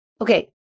Okay